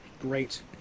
Great